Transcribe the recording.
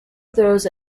throws